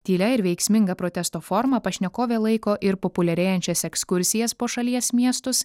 tylia ir veiksminga protesto forma pašnekovė laiko ir populiarėjančias ekskursijas po šalies miestus